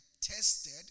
tested